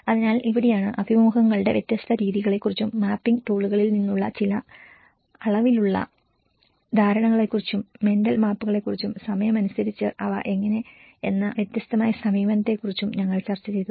അതിനാൽ ഇവിടെയാണ് അഭിമുഖങ്ങളുടെ വ്യത്യസ്ത രീതികളെക്കുറിച്ചും മാപ്പിംഗ് ടൂളുകളിൽ നിന്നുള്ള ചില അളവിലുള്ള ധാരണകളെക്കുറിച്ചും മെന്റൽ മാപ്പുകളെക്കുറിച്ചും സമയമനുസരിച്ച് അവ എങ്ങനെ എന്ന വ്യത്യസ്തമായ സമീപനങ്ങളെക്കുറിച്ചും ഞങ്ങൾ ചർച്ചചെയ്തത്